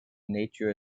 nature